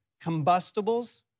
combustibles